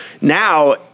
Now